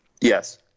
Yes